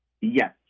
Yes